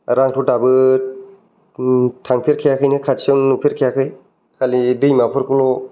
आरो आंथ' दाबो थांफेर खायाखैनो खाथियावनो नुफेरखायाखै खालि दैमाफोरखौ ल'